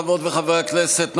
חברות וחברי הכנסת,